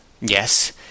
yes